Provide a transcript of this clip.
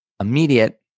immediate